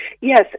Yes